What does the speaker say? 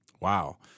Wow